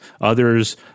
others